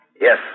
Yes